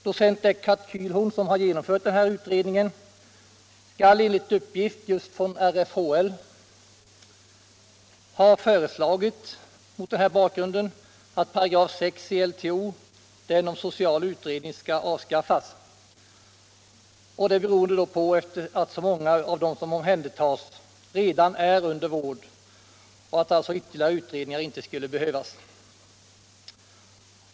Docent Eckart Kählhorn, som har genomfört den här utredningen, skall enligt uppgift just från RFHL ha föreslagit — mot den här bakgrunden - alt 6§ i LTO om social utredning skall avskaffas. Detta beror på att så mänga av dem som omhändertas redan är under vård, varför ytterligare utredningar inte skulle behövas.